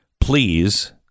please